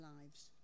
lives